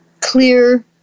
clear